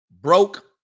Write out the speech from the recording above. broke